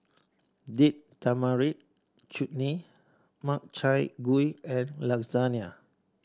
Date Tamarind Chutney Makchang Gui and Lasagne